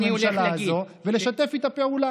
את הממשלה הזאת ולשתף איתה פעולה.